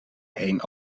heen